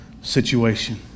situation